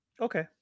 Okay